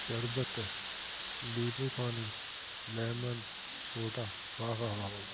शर्बतु लीमो पाणी lemon soda वाह वाह वाह वाह वाह